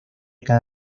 cada